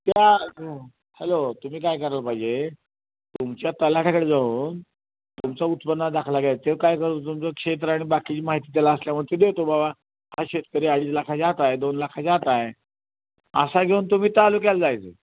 त्या हॅलो तुम्ही काय करायला पाहिजे तुमच्या तलाठ्याकडे जाऊन तुमचा उत्पन्नाचा दाखला घ्यायचा तो काय करतो तुमचं क्षेत्र आणि बाकीची माहिती त्याला असल्यामुळे तो देतो बाबा हा शेतकरी अडीच लाखाच्या आत आहे दोन लाखाच्या आत आहे असा घेऊन तुम्ही तालुक्याला जायचं